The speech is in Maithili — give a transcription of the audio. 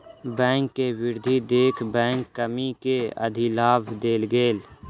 बैंक के वृद्धि देख बैंक कर्मी के अधिलाभ देल गेल